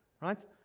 right